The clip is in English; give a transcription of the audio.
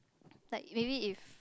like maybe if